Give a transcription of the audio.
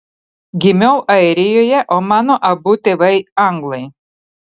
gimiau airijoje o mano abu tėvai anglai